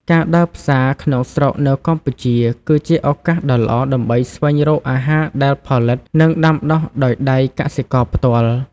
ការដើរផ្សារក្នុងស្រុកនៅកម្ពុជាគឺជាឱកាសដ៏ល្អដើម្បីស្វែងរកអាហារដែលផលិត និងដាំដុះដោយដៃកសិករផ្ទាល់។